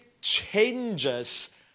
changes